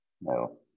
No